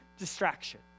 distraction